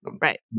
right